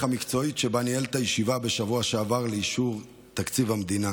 המקצועית שבה ניהל את הישיבה בשבוע שעבר לאישור תקציב המדינה,